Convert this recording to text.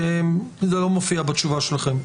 כי זה לא מופיע בתשובה שלכם.